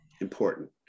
important